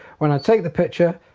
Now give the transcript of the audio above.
when i take the picture